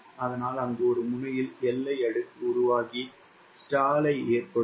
அதனால் அங்கு ஒரு முனையில் எல்லை அடுக்கு உருவாகி ஸ்டாலை ஏற்படுத்தும்